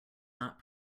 not